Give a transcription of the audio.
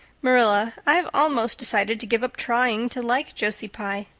marilla, i've almost decided to give up trying to like josie pye.